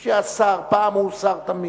מי שהיה שר פעם הוא שר תמיד.